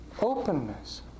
openness